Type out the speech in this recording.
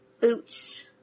boots